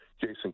Jason